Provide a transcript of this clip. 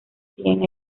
siguen